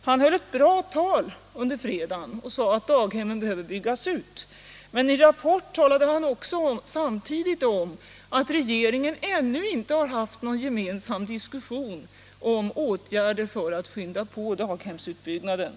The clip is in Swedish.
Han höll ett bra tal under fredagen och sade att daghemmen behöver byggas ut, men i Rapport talade han också om att regeringen ännu inte har haft någon gemensam diskussion om åtgärder för att skynda på daghemsutbyggnaden.